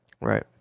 Right